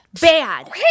Bad